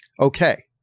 Okay